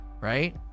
right